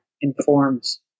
informs